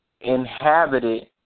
inhabited